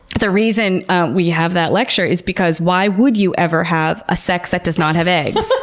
the reason we have that lecture is because why would you ever have a sex that does not have eggs?